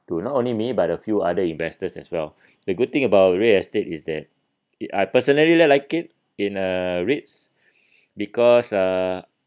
to not only me but a few other investors as well the good thing about real estate is that I personally li~ like it in uh rates because uh